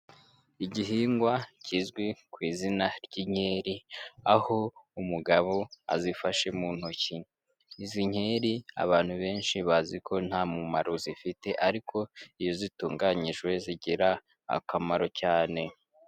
Igihingwa kizwi ku izina ry'inkeri, aho umugabo azifashe mu ntoki, izi nkeri abantu benshi bazi ko nta mumaro zifite, ariko iyo zitunganyijwe zigira akamaro cyane.